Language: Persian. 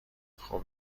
خوب